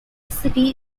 city